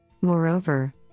Moreover